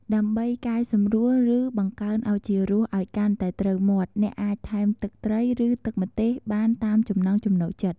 ដើម្បីកែសម្រួល ឬបង្កើនឱជារសឱ្យកាន់តែត្រូវមាត់ អ្នកអាចថែមទឹកត្រី ឬទឹកម្ទេសបានតាមចំណង់ចំណូលចិត្ត។